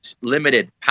limited